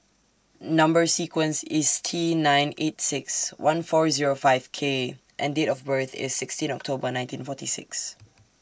Number sequence IS T nine eight six one four Zero five K and Date of birth IS sixteen October nineteen forty six